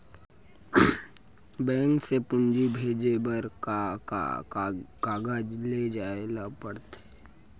Bank से पूंजी भेजे बर का का कागज ले जाये ल पड़थे?